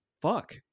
fuck